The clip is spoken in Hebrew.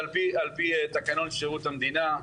על פי תקנון שירות המדינה,